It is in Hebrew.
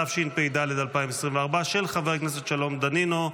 התשפ"ד 2024, של חבר הכנסת שלום דנינו.